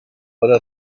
para